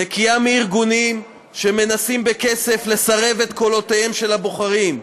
נקייה מארגונים שמנסים בכסף לסאב את קולותיהם של הבוחרים,